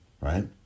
right